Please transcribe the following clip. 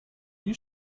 you